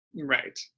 Right